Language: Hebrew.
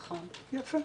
יפה.